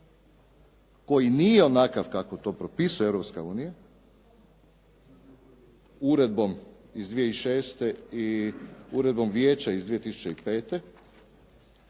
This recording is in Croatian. koji nije onakav kako to propisuje Europska unija Uredbom iz 2006. i Uredbom Vijeća iz 2005.